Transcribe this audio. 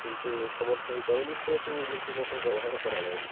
କିନ୍ତୁ ସମର୍ଥ ହେଇପାରୁନି ସେ ହେତୁ ଇଲେକ୍ଟ୍ରିକ୍ ମଟର୍ ବ୍ୟବହାର କରାଯାାଉନି